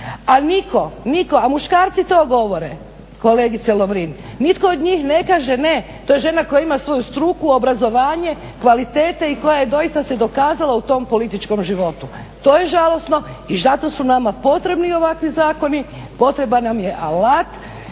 a nitko, a muškarci to govore kolegice Lovrin. Nitko od njih ne kaže ne, to je žena koja ima svoju struku, obrazovanje, kvalitete i koja je doista se dokazala u tom političkom životu, to je žalosno i zato su nama potrebni ovakvi zakoni, potreban nam je alat